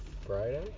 Friday